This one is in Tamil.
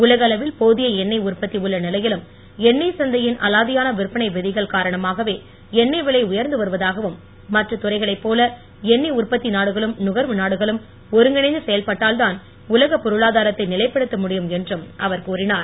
உலக அளவில் போதிய எண்ணெய் உற்பத்தி உள்ள நிலையிலும் எண்ணெய் சந்தையின் அலாதியான விற்பனை விதிகள் காரணமாகவே எண்ணெய் விலை உயர்ந்து வருவதாகவும் மற்ற துறைகளை போல எண்ணெய் உற்பத்தி நாடுகளும் நுகர்வு நாடுகளும் ஒருங்கிணைந்து செயல்பட்டால் தான் உலக பொருளாதாரத்தை நிலைப்படுத்த முடியும் என்றும் அவர் கூறினார்